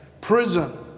prison